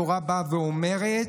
התורה באה ואומרת: